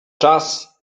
czas